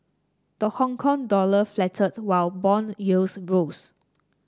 the Hong Kong dollar faltered while bond yields rose